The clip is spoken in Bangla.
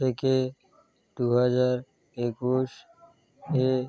থেকে দু হাজার একুশ এ